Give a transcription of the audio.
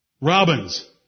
Robins